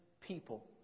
people